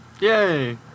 Yay